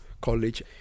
college